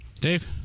Dave